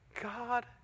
God